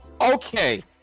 Okay